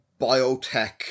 biotech